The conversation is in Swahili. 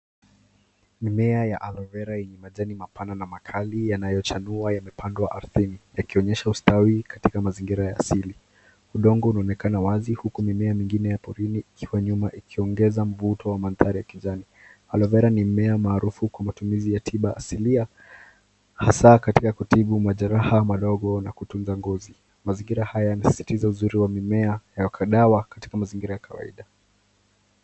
Mimea ya Aloevera yenye majani mapana na makali yanayochanua yamepandwa ardhini, yakionyesha ustawi katika mazingira ya asili. Udongo unaonekana wazi huku mimea mingine ya porini ikiwa nyuma ikiongeza mvuto wa magari ya kijani. Aloevera ni mmea maarufu kwa matumizi ya tiba asilia, hasa katika kutibu majeraha madogo na kutunza ngozi. Mazingira haya yanasisitiza uzuri wa mimea ya wakadawa katika mazingira ya kawaida.